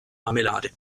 marmelade